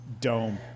dome